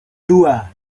dua